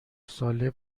ساله